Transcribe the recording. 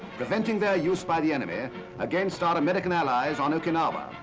preventing their use by the enemy against our american allies on okinawa.